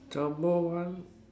Jumbo one